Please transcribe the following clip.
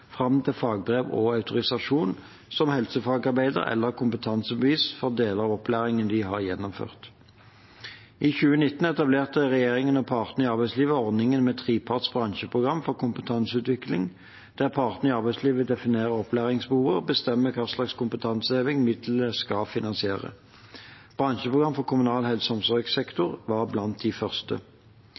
fram til fagbrev og autorisasjon som helsefagarbeider eller kompetansebevis for deler av opplæringen de har gjennomført. I 2019 etablerte regjeringen og partene i arbeidslivet ordningen med treparts bransjeprogram for kompetanseutvikling, der partene i arbeidslivet definerer opplæringsbehovet og bestemmer hva slags kompetanseheving midlene skal finansiere. Bransjeprogram for kommunal helse- og omsorgssektor var blant de første.